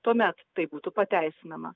tuomet tai būtų pateisinama